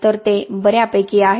तर ते बऱ्यापैकी आहे